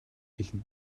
хэлнэ